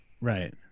Right